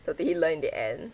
so did he learn in the end